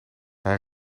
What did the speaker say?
hij